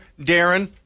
Darren